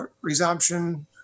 Resumption